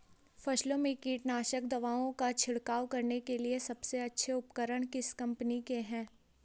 फसलों में कीटनाशक दवाओं का छिड़काव करने के लिए सबसे अच्छे उपकरण किस कंपनी के हैं?